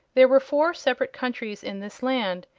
there were four separate countries in this land,